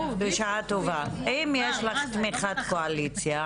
אם יש לך תמיכת קואליציה,